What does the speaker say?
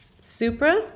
Supra